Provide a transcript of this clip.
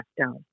down